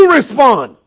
respond